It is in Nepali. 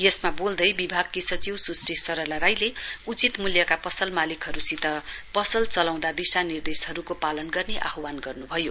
यसमा बोल्दै विभागकी सचिव सुश्री सरला राईले उचित मूल्यका पसल मालिकहरूसित पसल चलाउँदा दिशानिर्दशनहरूको पालन गर्ने आहवान गर्नुभयो